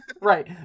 right